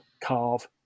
carve